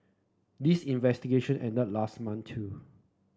this investigation ended last month too